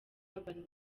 urban